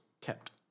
Kept